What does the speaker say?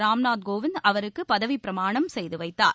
ராம்நாத் கோவிந்த் அவருக்குபதவிப்பிரமாணம் செய்துவைத்தார்